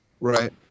Right